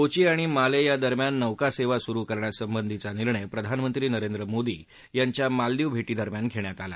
कोची आणि माले या दरम्यान नौका सेवा सुरु करण्या सबंधी चा निर्णय प्रधानमंत्री नरेंद्र मोदी यांच्या मालदीव भेटीदरम्यान घेण्यात आला